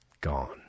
Gone